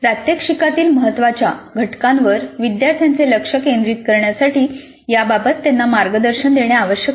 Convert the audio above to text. प्रात्यक्षिकातील महत्त्वाच्या घटकांवर विद्यार्थ्यांचे लक्ष केंद्रित करण्यासाठी याबाबत त्यांना मार्गदर्शन देणे आवश्यक आहे